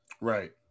Right